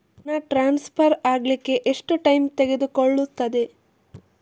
ಹಣ ಟ್ರಾನ್ಸ್ಫರ್ ಅಗ್ಲಿಕ್ಕೆ ಎಷ್ಟು ಟೈಮ್ ತೆಗೆದುಕೊಳ್ಳುತ್ತದೆ?